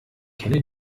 kenne